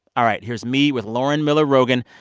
all right, here's me with lauren miller rogen,